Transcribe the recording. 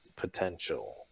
potential